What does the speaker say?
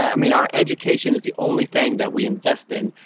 i mean, our education is the only thing that we invest in,